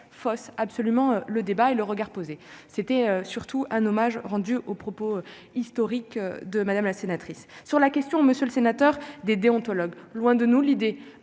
fausse absolument le débat et le regard posé, c'était surtout un hommage rendu aux propos historiques de madame la sénatrice sur la question, monsieur le sénateur des déontologue loin de nous l'idée